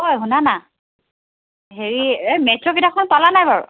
ঐ শুনা না হেৰি এই মেটছৰ কিতাপখন পালা নাই বাৰু